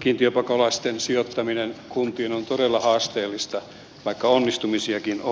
kiintiöpakolaisten sijoittaminen kuntiin on todella haasteellista vaikka onnistumisiakin on